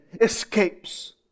escapes